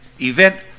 event